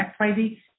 XYZ